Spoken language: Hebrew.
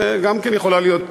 זה גם כן יכול להיות,